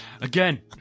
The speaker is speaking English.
again